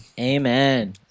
Amen